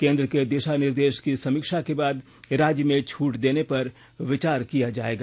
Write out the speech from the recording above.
केंद्र के दिषा निर्देष की समीक्षा के बाद राज्य में छूट देने पर विचार किया जायेगा